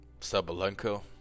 Sabalenko